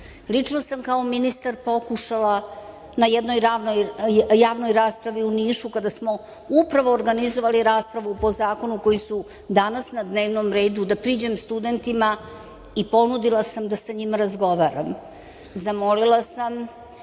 Lično sam kao ministar pokušala na jednoj javnoj raspravi u Nišu, kada smo organizovali raspravu po zakonima koji su danas na dnevnom redu, da priđem studentima i ponudila sam da sa njima razgovaram. Zamolila sam